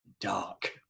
dark